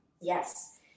Yes